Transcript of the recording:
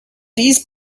these